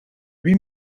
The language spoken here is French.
lui